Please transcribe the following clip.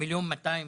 מ-1,200,000